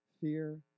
Fear